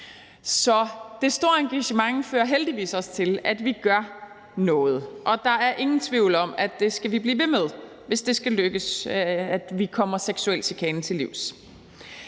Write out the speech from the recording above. Så det store engagement fører heldigvis også til, at vi gør noget, og der er ingen tvivl om, at det skal vi blive ved med, hvis det skal lykkes os at komme seksuel chikane til livs.